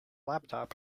laptop